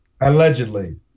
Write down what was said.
allegedly